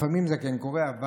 אבל,